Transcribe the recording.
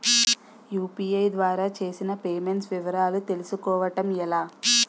UPI ద్వారా చేసిన payments వివరాలు తెలుసుకోవటం ఎలా?